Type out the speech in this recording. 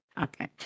Okay